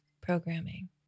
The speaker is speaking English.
programming